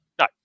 No